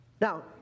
Now